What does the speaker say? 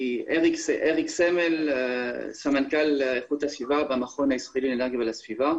אני סמנכ"ל איכות הסביבה במכון הישראלי לאנרגיה ולסביבה.